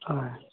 হয়